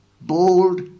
bold